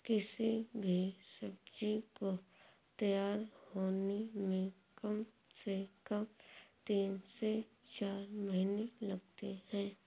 किसी भी सब्जी को तैयार होने में कम से कम तीन से चार महीने लगते हैं